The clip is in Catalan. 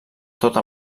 tota